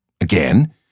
Again